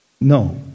No